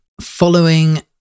following